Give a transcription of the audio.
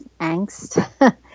angst